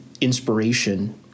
inspiration